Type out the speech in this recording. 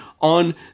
on